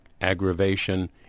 aggravation